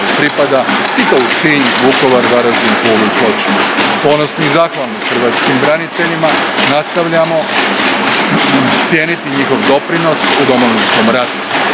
pripada i to u Sinj, Vukovar, Varaždin, Pulu i Ploče. Ponosni i zahvalni hrvatskim braniteljima nastavljamo cijeniti njihov doprinos u Domovinskom ratu.